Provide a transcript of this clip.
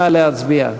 נא להצביע.